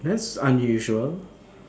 that's unusual